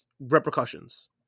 repercussions